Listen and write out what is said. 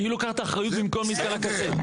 אם היא לוקחת את האחריות במקום מתקן הקצה.